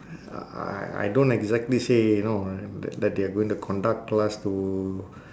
I I I don't exactly say you know that they going to conduct class to